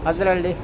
ಅದರಲ್ಲಿ